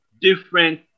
different